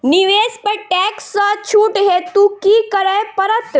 निवेश पर टैक्स सँ छुट हेतु की करै पड़त?